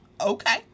okay